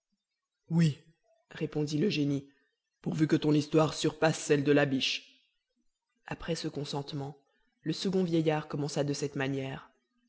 oui répondit le génie pourvu que ton histoire surpasse celle de la biche après ce consentement le second vieillard commença de cette manière